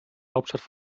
hauptstadt